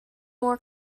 more